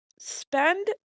spend